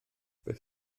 beth